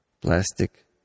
plastic